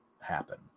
happen